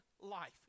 life